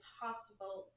possible